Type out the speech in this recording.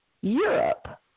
Europe